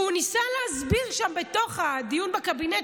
והוא ניסה להסביר שם בתוך הדיון בקבינט,